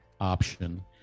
option